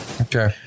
Okay